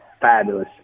fabulous